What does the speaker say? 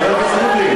חבר הכנסת ריבלין,